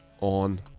on